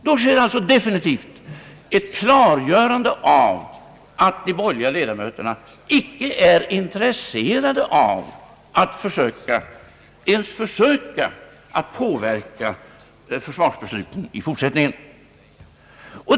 Då klargjordes alltså definitivt att de borgerliga ledamöterna icke var intresserade av att ens försöka påverka försvarsbesluten i fortsättningen.